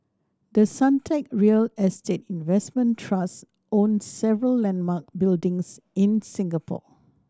the Suntec real estate investment trust owns several landmark buildings in Singapore